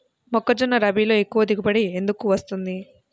మొక్కజొన్న రబీలో ఎక్కువ దిగుబడి ఎందుకు వస్తుంది?